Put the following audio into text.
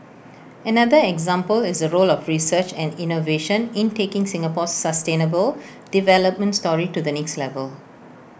another example is the role of research and innovation in taking Singapore's sustainable development story to the next level